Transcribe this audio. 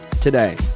today